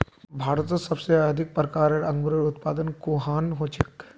भारतत सबसे अधिक प्रकारेर अंगूरेर उत्पादन कुहान हछेक